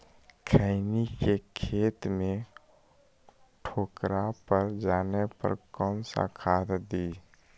खैनी के खेत में ठोकरा पर जाने पर कौन सा खाद दी?